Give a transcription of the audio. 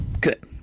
Good